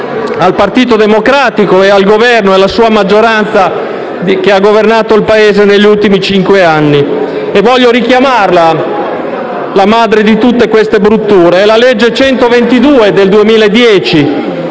al Partito Democratico, al Governo e alla sua maggioranza che hanno governato il Paese negli ultimi cinque anni. Voglio richiamarla, la madre di tutte queste brutture: è la legge 30 luglio 2010,